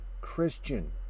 Christian